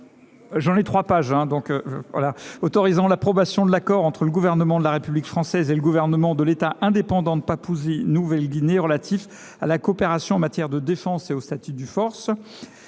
accélérée, autorisant l’approbation de l’accord entre le Gouvernement de la République française et le Gouvernement de l’État indépendant de Papouasie Nouvelle Guinée relatif à la coopération en matière de défense et au statut des forces